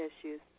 issues